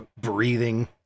breathing